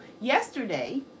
yesterday